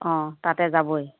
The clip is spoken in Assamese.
অঁ তাতে যাবই